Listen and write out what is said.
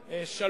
העניינים.